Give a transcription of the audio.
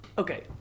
Okay